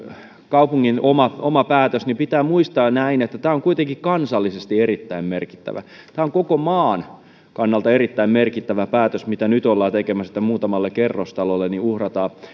kaupungin oma päätös pitää muistaa näin että tämä on kuitenkin kansallisesti erittäin merkittävä tämä on koko maan kannalta erittäin merkittävä päätös mitä nyt ollaan tekemässä että muutamalle kerrostalolle uhrataan